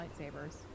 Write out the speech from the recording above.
lightsabers